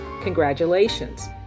congratulations